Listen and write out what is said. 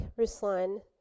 Ruslan